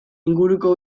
inguruko